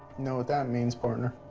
know what that means, partner.